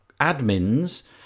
admins